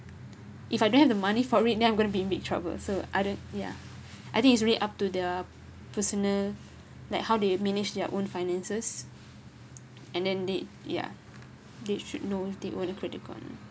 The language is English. if I don't have the money for it then I'm going to be in big trouble so I don't yeah I think it's really up to their personal like how they manage their own finances and then they yeah they should know if they own the credit card